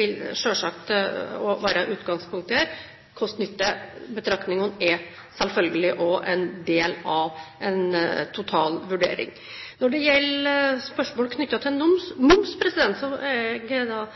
vil selvsagt også være utgangspunktet her. Kost–nytte-betraktingene er selvfølgelig også en del av en total vurdering. Når det gjelder spørsmål knyttet til moms, er jeg